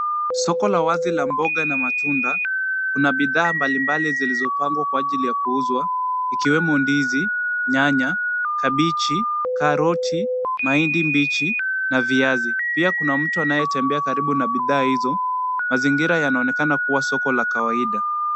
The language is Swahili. Soko la wazi la mboga na matunda. Kuna bidhaa mbalimbali zilizopangwa kwa ajili ya kuuzwa ikiwemo ndizi, nyanya, kabichi, karoti, mahindi mbichi na viazi. Pia kuna mtu anayetembea karibu na bidhaa hizo. Mazingira yanaonekana kuwa soko la kawaida.